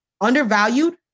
undervalued